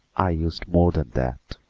i used more than that,